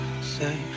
say